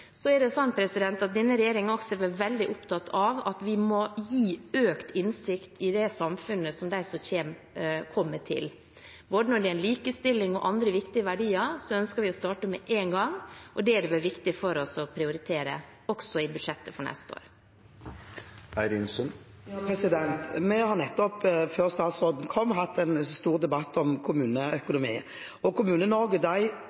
Denne regjeringen har også vært veldig opptatt av at vi må gi økt innsikt i det samfunnet som de som kommer, kommer til. Når det gjelder både likestilling og andre viktige verdier, ønsker vi å starte med en gang. Det har det vært viktig for oss å prioritere, også i budsjettet for neste år. Vi hadde nettopp, før statsråden kom, en stor debatt om